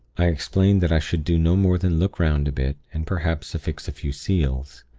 i explained that i should do no more than look round a bit, and, perhaps, affix a few seals.